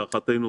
להערכתנו,